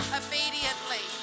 obediently